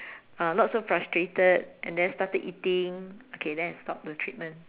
uh not so frustrated and then started eating okay then I stop the treatment